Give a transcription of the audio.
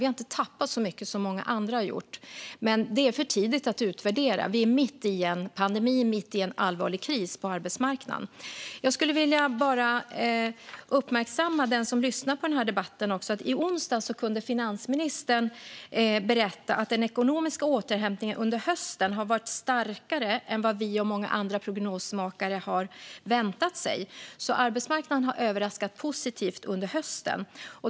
Vi har inte tappat så mycket som många andra har gjort. Men det är för tidigt att utvärdera. Vi är mitt i en pandemi och mitt i en allvarlig kris på arbetsmarknaden. Jag skulle vilja uppmärksamma dem som lyssnar på den här debatten på att finansministern i onsdags kunde berätta att den ekonomiska återhämtningen under hösten varit starkare än vad vi och många andra prognosmakare väntat sig. Arbetsmarknaden har överraskat positivt under hösten.